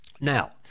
now